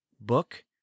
book